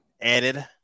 added